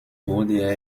wurde